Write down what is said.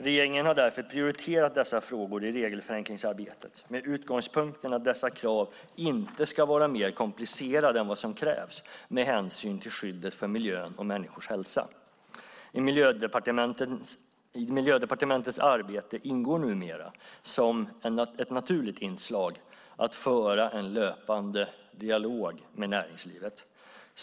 Regeringen har därför prioriterat dessa frågor i regelförenklingsarbetet med utgångspunkten att dessa krav inte ska vara mer komplicerade än vad som krävs med hänsyn till skyddet för miljön och människors hälsa. I Miljödepartementets arbete ingår numera som ett naturligt inslag att föra en löpande dialog med näringslivet.